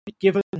given